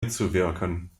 mitzuwirken